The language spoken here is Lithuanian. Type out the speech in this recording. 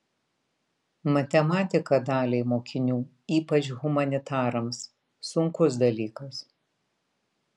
matematika daliai mokinių ypač humanitarams sunkus dalykas